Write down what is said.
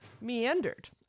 meandered